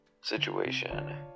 situation